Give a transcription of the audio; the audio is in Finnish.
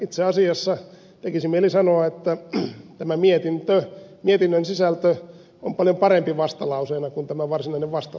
itse asiassa tekisi mieli sanoa että tämä mietinnön sisältö on paljon parempi vastalauseena kuin tämä varsinainen vastalauseen teksti